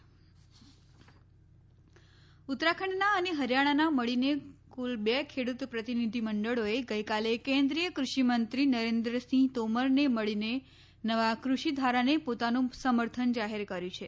તોમર ખેડૂત ઉત્તરાખંડના અને હરિયાણાના મળીને કુલ બે ખેડૂત પ્રતિનિધિમંડળોએ ગઈકાલે કેન્દ્રિય કૃષિમંત્રી નરેન્દ્રસિંહ તોમરને મળીને નવા કૃષિ ધારાને પોતાનું સમર્થન જાહેર કર્યું છે